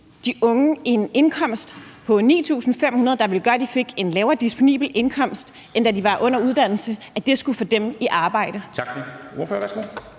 de unge en indkomst på 9.500 kr., der vil gøre, at de vil få en lavere disponibel indkomst, end da de var under uddannelse, skulle få dem i arbejde? Kl.